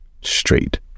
straight